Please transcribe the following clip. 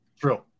True